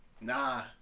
Nah